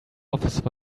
office